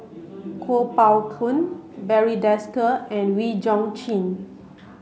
Kuo Pao Kun Barry Desker and Wee Chong Jin